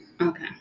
Okay